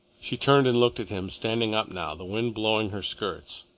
she turned and looked at him, standing up now, the wind blowing her skirts,